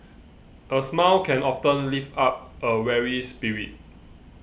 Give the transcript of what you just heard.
a smile can often lift up a weary spirit